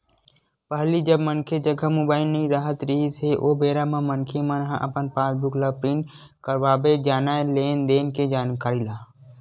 पहिली जब मनखे जघा मुबाइल नइ राहत रिहिस हे ओ बेरा म मनखे मन ह अपन पास बुक ल प्रिंट करवाबे जानय लेन देन के जानकारी ला